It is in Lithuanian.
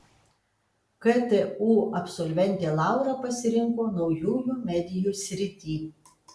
ktu absolventė laura pasirinko naujųjų medijų sritį